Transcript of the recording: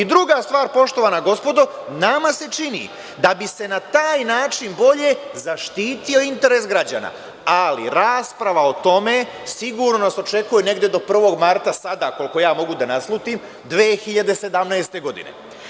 Druga stvar, poštovana gospodo, nama se čini da bi se na taj način bolje zaštitio interes građana, ali rasprava o tome sigurno nas očekuje negde do 1. marta, sada, koliko ja mogu da naslutim, 2017. godine.